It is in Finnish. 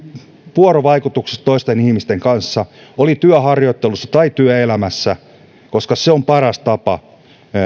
vuorovaikutuksessa toisten ihmisten kanssa oli työharjoittelussa tai työelämässä koska se on paras tapa